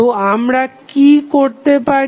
তো আমরা কি করতে পারি